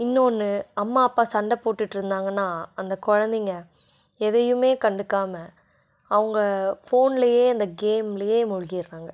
இன்னோன்னு அம்மா அப்பா சண்டை போட்டுகிட்டு இருந்தாங்கன்னா அந்த குழந்தைங்க எதையுமே கண்டுக்காமல் அவங்க ஃபோன்லேயே அந்த கேம்லேயே மூழ்கிடுறாங்க